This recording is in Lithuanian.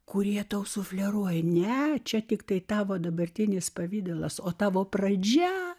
kurie tau sufleruoja ne čia tiktai tavo dabartinis pavidalas o tavo pradžia